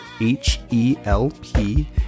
H-E-L-P